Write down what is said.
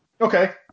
Okay